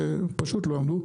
שפשוט לא עמדו.